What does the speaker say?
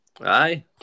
Aye